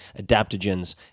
adaptogens